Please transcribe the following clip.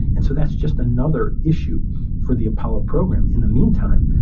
and so that's just another issue for the apollo program in the meantime,